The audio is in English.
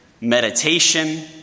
meditation